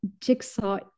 jigsaw